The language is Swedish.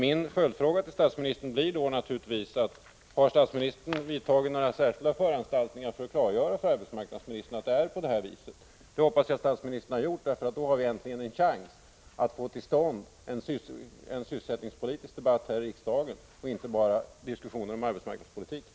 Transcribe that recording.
Min följdfråga till statsministern blir naturligtvis: Har statsministern vidtagit några särskilda föranstaltningar för att klargöra för arbetsmarknadsministern hur det förhåller sig? Det hoppas jag att statsministern har gjort, för då har vi äntligen en chans att få till stånd en sysselsättningspolitisk debatt här i riksdagen, inte bara diskussioner om arbetsmarknadspolitiken.